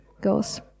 goes